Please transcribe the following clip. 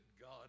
God